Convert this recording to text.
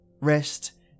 rest